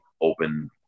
open